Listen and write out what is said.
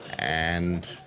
and